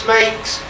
makes